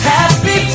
Happy